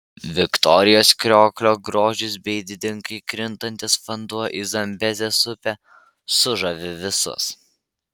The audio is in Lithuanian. viktorijos krioklio grožis bei didingai krintantis vanduo į zambezės upę sužavi visus